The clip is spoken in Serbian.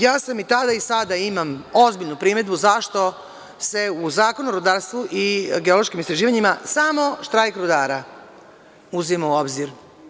Ja sam i tada, a i sada imam ozbiljnu primedbu zašto se u Zakon o rudarstvu i geološkim istraživanjima samoštrajk rudara uzima u obzir.